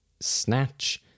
Snatch